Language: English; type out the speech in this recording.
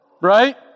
right